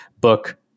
book